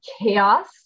chaos